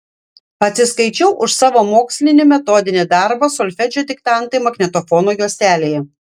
atsiskaičiau už savo mokslinį metodinį darbą solfedžio diktantai magnetofono juostelėje